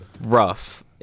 rough